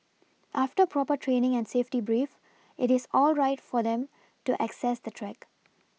after proper training and safety brief it is all right for them to access the track